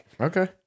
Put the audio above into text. Okay